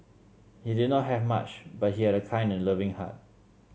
he did not have much but he had a kind and loving heart